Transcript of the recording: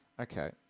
Okay